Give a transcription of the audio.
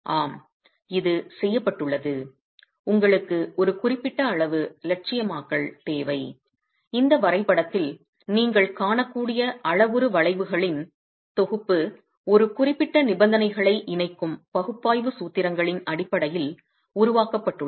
ஆம் இது செய்யப்பட்டுள்ளது உங்களுக்கு ஒரு குறிப்பிட்ட அளவு இலட்சியமயமாக்கல் தேவை இந்த வரைபடத்தில் நீங்கள் காணக்கூடிய அளவுரு வளைவுகளின் தொகுப்பு ஒரு குறிப்பிட்ட நிபந்தனைகளை இணைக்கும் பகுப்பாய்வு சூத்திரங்களின் அடிப்படையில் உருவாக்கப்பட்டுள்ளது